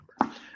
number